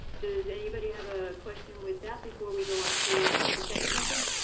does anybody have a question with that before we go on to the second method?